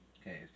Okay